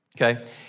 Okay